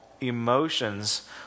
Emotions